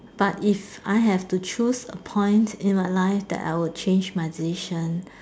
but if I have to choose a point in my life that I would change my decision